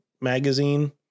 magazine